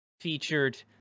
featured